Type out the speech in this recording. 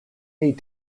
need